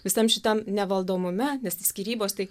visam šitam nevaldomume nes skyrybos tai